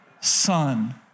son